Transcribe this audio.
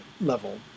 level